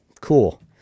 cool